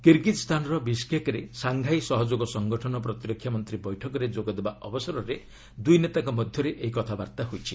କିର୍ଗିକ୍ସ୍ଥାନର ବିସ୍କେକ୍ରେ ସାଙ୍ଘାଇ ସହଯୋଗ ସଙ୍ଗଠନ ପ୍ରତିରକ୍ଷା ମନ୍ତ୍ରୀ ବୈଠକରେ ଯୋଗଦେବା ଅବସରରେ ଦୁଇ ନେତାଙ୍କ ମଧ୍ୟରେ ଏହି କଥାବାର୍ତ୍ତା ହୋଇଛି